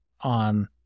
on